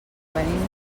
venim